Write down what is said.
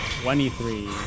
twenty-three